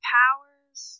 powers